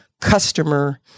customer